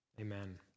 Amen